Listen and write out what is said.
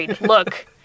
Look